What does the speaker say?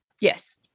Yes